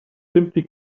simply